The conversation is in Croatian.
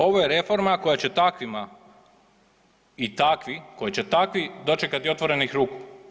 Ovo je reforma koja će takvima i takvi, koje će takvi dočekati otvorenih ruku.